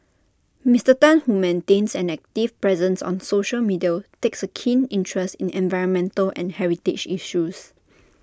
Mister Tan who maintains an active presence on social media takes A keen interest in environmental and heritage issues